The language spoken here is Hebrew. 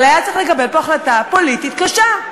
אבל היה צריך לקבל פה החלטה פוליטית קשה.